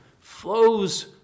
flows